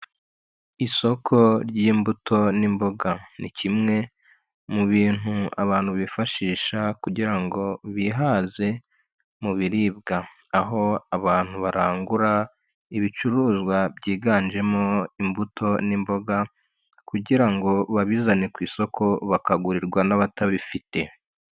Isoko ry'imbuto n'imboga, ni kimwe mu bintu abantu bifashisha kugira ngo bihaze mu biribwa, aho abantu barangura ibicuruzwa byiganjemo imbuto n'imboga kugira ngo babizane ku isoko bakagurirwa n'abatabifite.